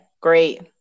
great